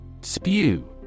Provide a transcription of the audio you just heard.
SPEW